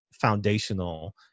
foundational